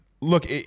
look